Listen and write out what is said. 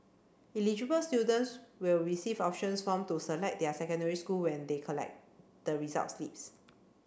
eligible students will receive options form to select their secondary school when they collect the result slips